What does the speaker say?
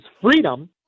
freedom